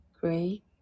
great